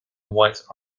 white